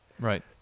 Right